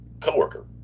coworker